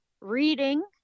reading